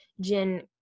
jin